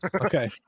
okay